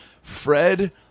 Fred